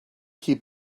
keep